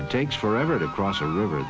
it takes forever to cross a river